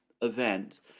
event